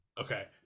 Okay